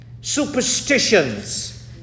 superstitions